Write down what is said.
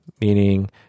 meaning